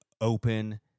open